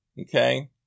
Okay